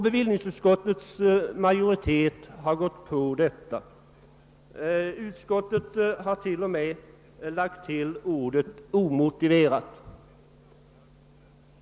Bevillningsutskottets majoritet har gått på detta. Utskottet har t.o.m. lagt till ordet »omotiverat».